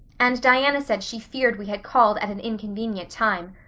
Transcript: and diana said she feared we had called at an inconvenient time.